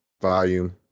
Volume